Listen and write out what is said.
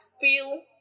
feel